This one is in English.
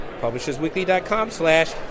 publishersweekly.com/slash